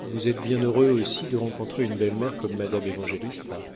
vous êtes bien heureux aussi de rencontrer une belle-mère comme madame évangélista